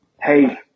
Hey